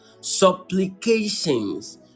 supplications